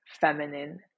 feminine